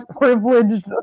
privileged